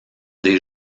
des